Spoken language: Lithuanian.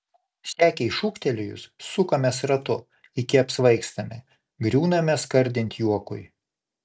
sekei šūktelėjus sukamės ratu iki apsvaigstame griūname skardint juokui